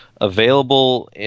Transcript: available